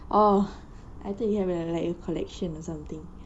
oh I thought you have like your collection or something